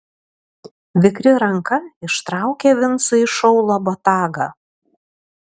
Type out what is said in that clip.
vikri ranka ištraukė vincui iš aulo botagą